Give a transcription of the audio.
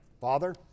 Father